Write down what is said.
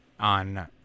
on